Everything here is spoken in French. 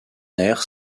aire